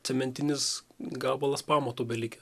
cementinis gabalas pamato belikę